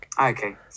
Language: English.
Okay